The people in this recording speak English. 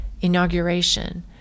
inauguration